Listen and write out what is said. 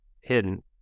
hidden